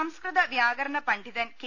സംസ്കൃത വ്യാകരണ പണ്ഡിതൻ കെ